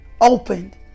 opened